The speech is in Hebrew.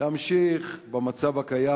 להמשיך במצב הקיים,